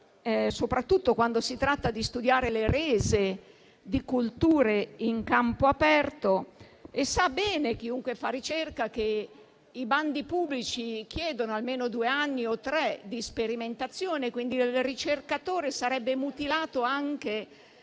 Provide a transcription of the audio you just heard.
soprattutto quando si tratta di studiare le rese di colture in campo aperto. Chiunque fa ricerca sa bene che i bandi pubblici chiedono almeno due o tre anni di sperimentazione, quindi il ricercatore sarebbe mutilato, anche